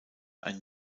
ein